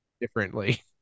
differently